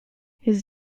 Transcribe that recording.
his